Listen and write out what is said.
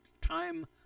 time